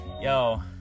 Yo